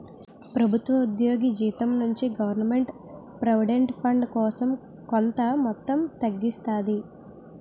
ప్రతి ఉద్యోగి జీతం నుండి గవర్నమెంట్ ప్రావిడెంట్ ఫండ్ కోసం కొంత మొత్తం తగ్గిస్తాది